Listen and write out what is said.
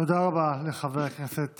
תודה רבה לחבר הכנסת